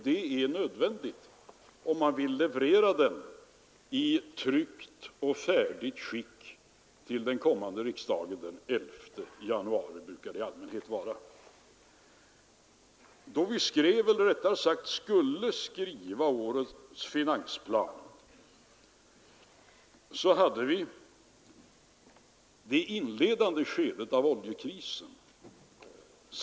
Det är nödvändigt om man vill leverera den i tryckt och färdigt skick till den kommande riksdagen den 11 januari, som det brukar vara. Då vi skrev eller, rättare sagt, skulle skriva årets finansplan hade vi det inledande skedet av oljekrisen.